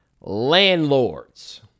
Landlords